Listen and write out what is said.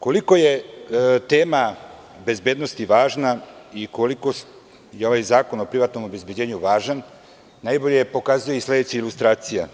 Koliko je tema bezbednosti važna i koliko je ovaj zakon o privatnom obezbeđenju važan, najbolje pokazuje sledeća ilustracija.